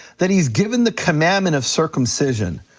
that he's given the commandment of circumcision.